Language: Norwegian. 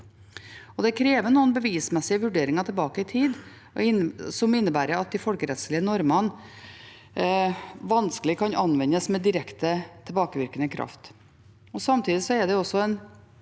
Det kreves noen bevismessige vurderinger tilbake i tid, som innebærer at de folkerettslige normene vanskelig kan anvendes med direkte tilbakevirkende kraft.